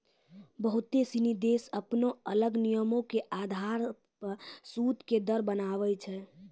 बहुते सिनी देश अपनो अलग नियमो के अधार पे सूद के दर बनाबै छै